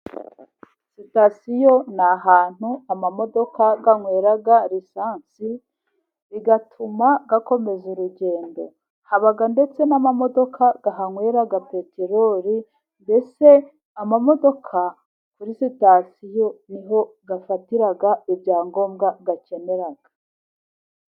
Sitasiyo ni ahantu amamodoka anywera esansi, bigatuma akomeza urugendo, haba ndetse n'amamodoka ahanywera peteroli, mbese amamodoka kuri sitasiyo niho afatira ibyangombwa akenera.